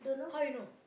how you know